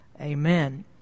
Amen